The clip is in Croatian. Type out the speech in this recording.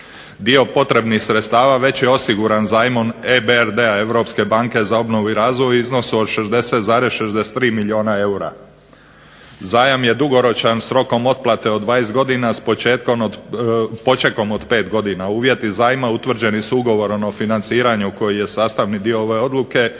Dio potrebnih sredstava već je osiguran zajmom EBRD-a Europske banke za obnovu i razvoj u iznosu od 60,63 milijuna eura. Zajam je dugoročan s rokom otplate od 20 godina s počekom od 5 godina, uvjeti zajma utvrđeni su ugovorom o financiranju koji je sastavni dio ove odluke,